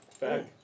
Back